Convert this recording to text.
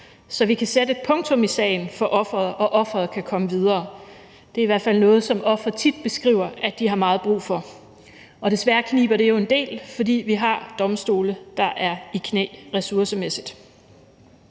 hurtigt kan sætte et punktum i sagen og offeret kan komme videre; det er i hvert fald noget, som ofrene tit beskriver at de har meget brug for. Desværre kniber det er jo en del, fordi vi har domstole, der er i knæ ressourcemæssigt.